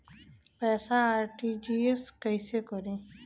पैसा आर.टी.जी.एस कैसे करी?